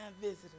visitor